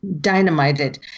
dynamited